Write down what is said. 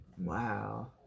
Wow